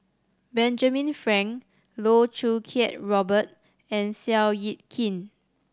Benjamin Frank Loh Choo Kiat Robert and Seow Yit Kin